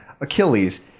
Achilles